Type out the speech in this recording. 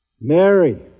Mary